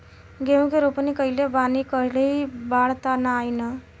गेहूं के रोपनी कईले बानी कहीं बाढ़ त ना आई ना?